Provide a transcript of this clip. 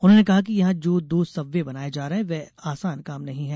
उन्होंने कहा कि यहां जो दो सबवे बनाये जा रहे है वे आसान काम नही है